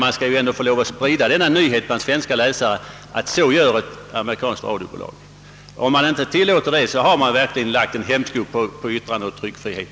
Man skall väl ändå få lov att sprida en sådan nyhet om ett amerikanskt radiobolags handlande till svenska läsare. Om man inte tillåter det, har man verkligen lagt en hämsko på yttrandeoch tryckfrihet,